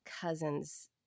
cousins